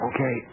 Okay